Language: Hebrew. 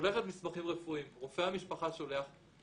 יש לך הצעת חוק חשובה מאוד שהנחת בעניין הגדרת תפקידה של הסייעת.